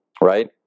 right